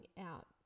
out